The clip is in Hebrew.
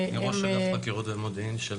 ראש אגף חקירות במודיעין של